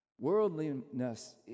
Worldliness